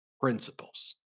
Principles